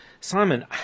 Simon